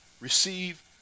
receive